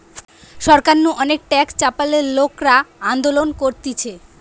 সরকার নু অনেক ট্যাক্স চাপালে লোকরা আন্দোলন করতিছে